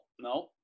No